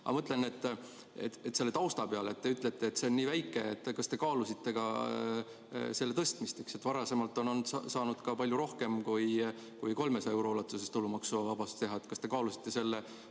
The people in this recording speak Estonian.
Ma mõtlen selle tausta peale. Te ütlete, et see on nii väike. Kas te kaalusite selle tõstmist? Varasemalt on saanud ka palju rohkem kui 300 euro ulatuses tulumaksuvabastust teha. Kas te kaalusite selle